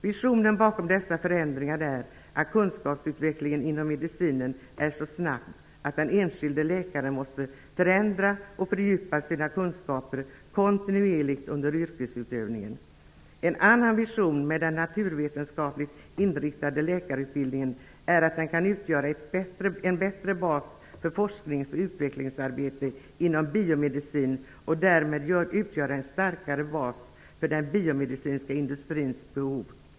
Visionen bakom dessa förändringar är att kunskapsutvecklingen inom medicinen är så snabb att den enskilde läkaren måste förändra och fördjupa sina kunskaper kontinuerligt under yrkesutövningen. En annan vision med den naturvetenskapligt inriktade läkarutbildningen är att den kan utgöra en bättre bas för forsknings och utvecklingsarbete inom biomedicin och därmed även utgöra en starkare bas för den biomedicinska industrins behov.